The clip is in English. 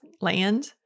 land